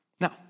Now